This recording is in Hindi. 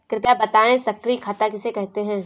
कृपया बताएँ सक्रिय खाता किसे कहते हैं?